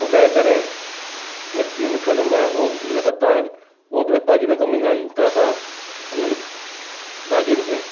उॻाए करे मि मिठो निम आहे उनजा पत्ता आहिनि हूअ बि भाॼियुनि में कम ईंदा आहिनि त असां उन्हनि भाॼियुनि खे